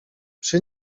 przy